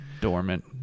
dormant